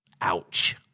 Ouch